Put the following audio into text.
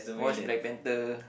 watch Black Panther